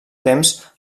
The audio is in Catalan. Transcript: temps